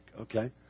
Okay